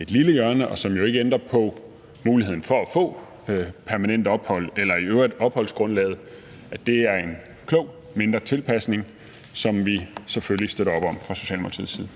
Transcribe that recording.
et lille hjørne, og som jo ikke ændrer på muligheden for at få permanent ophold eller på opholdsgrundlaget i øvrigt, er en klog mindre tilpasning, som vi selvfølgelig støtter op om fra Socialdemokratiets side.